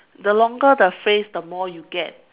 the longer the phrase the more you get